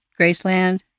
Graceland